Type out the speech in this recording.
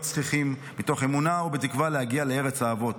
צחיחים מתוך אמונה ובתקווה להגיע לארץ האבות.